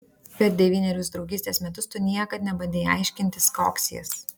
per devynerius draugystės metus tu niekad nebandei aiškintis koks jis